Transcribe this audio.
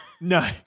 No